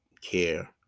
care